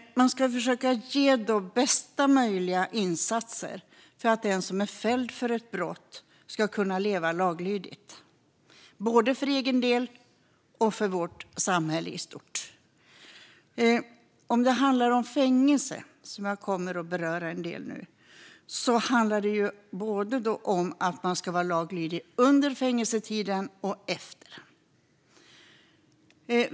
Man ska försöka att ge bästa möjliga insatser för att den som är fälld för ett brott ska kunna leva laglydigt, både för egen del och för vårt samhälle i stort. Om det rör sig om fängelse, som jag kommer att beröra en del nu, handlar det om att man ska vara laglydig både under fängelsetiden och efter.